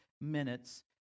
minutes